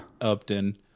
Upton